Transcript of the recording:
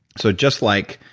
so just like